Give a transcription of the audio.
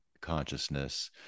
consciousness